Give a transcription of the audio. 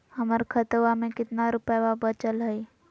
हमर खतवा मे कितना रूपयवा बचल हई?